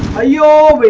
your